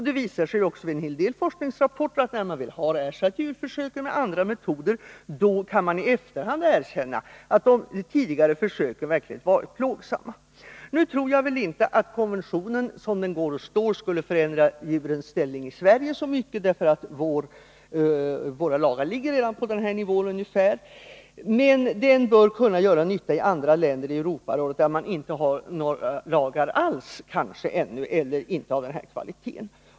Det visar sig också i en del forskningsrapporter att när man ersatt djurförsök med andra metoder, då kan man i efterhand erkänna att de tidigare försöken verkligen varit plågsamma. Nu tror jag väl inte att konventionen skulle förändra djurens situation i Sverige så mycket, eftersom våra lagar redan ligger ungefär på den här nivån. Men den bör kunna göra nytta i andra länder i Europa, där man inte har några lagar alls eller inte några lagar av den här kvaliteten.